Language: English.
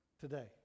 today